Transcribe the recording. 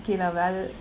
okay not bad